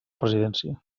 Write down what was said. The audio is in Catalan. presidència